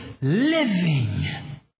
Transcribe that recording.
living